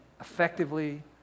effectively